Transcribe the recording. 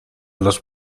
los